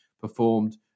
performed